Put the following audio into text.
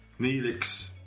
Neelix